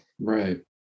Right